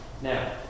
Now